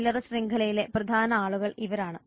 ചില്ലറ ശൃംഖലയിലെ പ്രധാന ആളുകൾ ഇവരാണ്